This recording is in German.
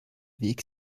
weg